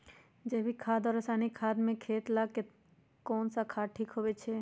जैविक खाद और रासायनिक खाद में खेत ला कौन खाद ठीक होवैछे?